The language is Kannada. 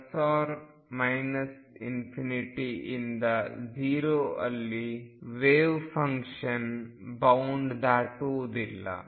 ψ±∞ಇಂದ 0 ಅಲ್ಲಿ ವೇವ್ ಫಂಕ್ಷನ್ ಬೌಂಡ್ ದಾಟುವುದಿಲ್ಲ